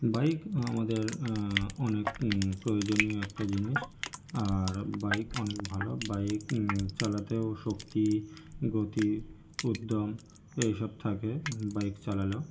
bike আমাদের অনেক প্রয়োজনীয় একটা জিনিস আর বাইক অনেক ভালো বাইক চালাতেও শক্তি গতি উদ্যম এইসব থাকে বাইক চালালেও